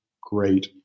great